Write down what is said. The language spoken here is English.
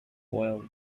oil